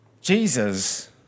Jesus